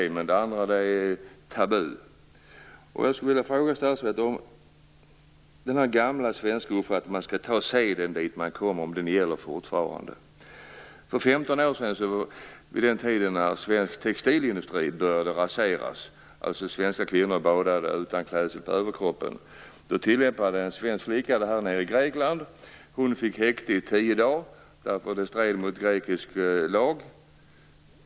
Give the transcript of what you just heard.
Jag skulle vilja fråga statsrådet om det gamla svenska ordstävet att man skall ta seden dit man kommer fortfarande gäller. För 15 år sedan, när svensk textilindustri började raseras och svenska kvinnor började bada utan kläder på överkroppen, gjorde en svensk flicka detta nere i Grekland. Hon fick sitta i häkte i tio dagar, eftersom detta stred mot grekisk lag.